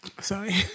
sorry